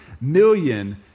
million